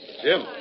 Jim